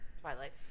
Twilight